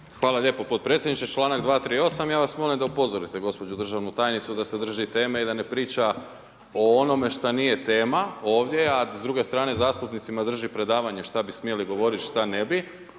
Hvala lijepo podpredsjedniče. Članak 238., ja vas molim da upozorite gospođu državnu tajnicu da se drži teme i da ne priča o onome što nije tema ovdje, a s druge strane zastupnicima drži predavanje što bi smjeli govoriti, što ne bi.